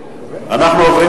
ורחבות.